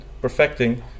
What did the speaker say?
perfecting